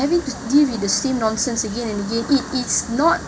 having to deal with the same nonsense again and again it is not